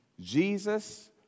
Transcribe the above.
Jesus